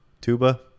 Tuba